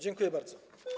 Dziękuję bardzo.